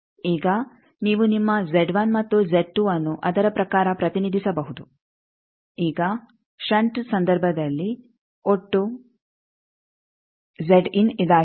ಈಗ ನೀವು ನಿಮ್ಮ ಮತ್ತು ಅನ್ನು ಅದರ ಪ್ರಕಾರ ಪ್ರತಿನಿಧಿಸಬಹುದು ಈಗ ಷಂಟ್ ಸಂದರ್ಭದಲ್ಲಿ ಒಟ್ಟು ಇದಾಗಿದೆ